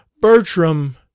bertram